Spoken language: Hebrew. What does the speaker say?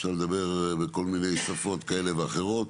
אפשר לדבר בכל מיני שפות כאלה ואחרות.